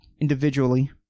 Individually